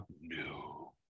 No